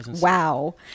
Wow